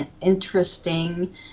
interesting